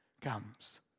comes